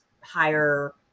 higher